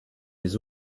les